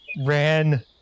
ran